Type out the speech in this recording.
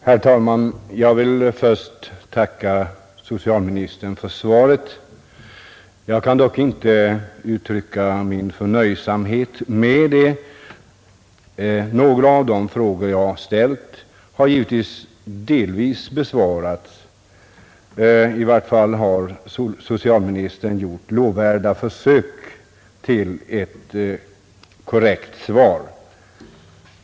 Herr talman! Jag vill först tacka socialministern för svaret. Jag kan dock inte uttrycka min förnöjsamhet med det. Några av de frågor jag ställt har delvis besvarats. I vart fall har socialministern gjort lovvärda försök till ett korrekt svar.